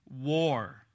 war